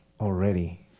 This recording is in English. already